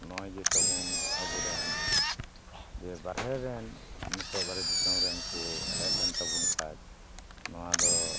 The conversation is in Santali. ᱱᱚᱜᱼᱚᱭ ᱡᱮ ᱛᱟᱵᱚᱱ ᱟᱵᱚᱨᱮᱱ ᱡᱮ ᱵᱟᱦᱨᱮ ᱨᱮᱱ ᱱᱤᱛᱳᱜ ᱵᱟᱦᱨᱮ ᱫᱤᱥᱚᱢ ᱨᱮᱱ ᱠᱚ ᱦᱮᱡ ᱞᱮᱱ ᱛᱟᱵᱚᱱ ᱠᱷᱟᱱ ᱱᱚᱣᱟ ᱫᱚ